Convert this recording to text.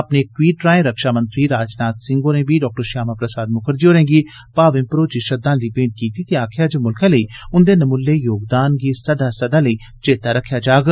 अपने इक ट्वीट राए रक्षामंत्री राजनाथ सिंह होरें बी डॉ श्यामा प्रसाद मुखर्जी होरें गी भावें मरोची श्रद्धांजलि भेंट कीती ते आक्खेआ जे मुल्खै लेई उन्दे नमुल्ले योगदान गी सदा सदा चेते रक्खेआ जाग